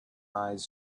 eyes